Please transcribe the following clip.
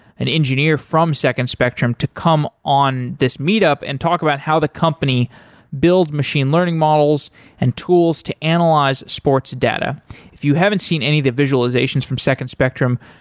an engineer from second spectrum to come on this meetup and talk about how the company build machine learning models and tools to analyze sports data if you haven't seen any of the visualizations from second spectrum,